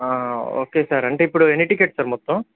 okay sir అంటే ఇప్పుడు ఎన్ని టికెట్స్ సార్ మొత్తం